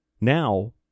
now